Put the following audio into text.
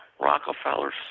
Rockefeller